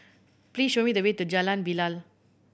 please show me the way to Jalan Bilal